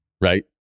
right